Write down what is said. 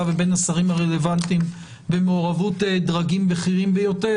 ובין השרים הרלוונטיים במעורבות דרגים בכירים ביותר,